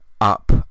up